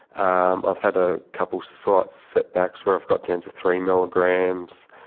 um i've had a couple of slight setbacks where i've got down to three milligrams,